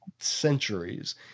centuries